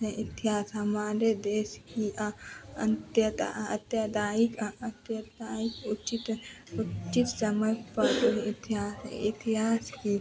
हैं इतिहास हमारे देश की अंत्यतह अत्यदायिक अत्यदायिक उचित उचित समय पर यह इतिहास इतिहास की